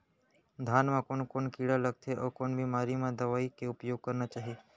धान म कोन कोन कीड़ा लगथे अऊ कोन बेमारी म का दवई के उपयोग करना चाही?